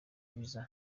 visa